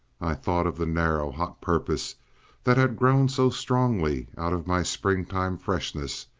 i thought of the narrow, hot purpose that had grown so strongly out of my springtime freshness,